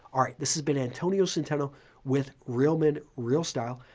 ah this has been antonio centeno with real men real style.